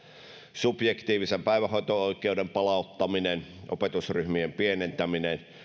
subjektiivisen päivähoito oikeuden palauttaminen opetusryhmien pienentäminen